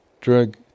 drug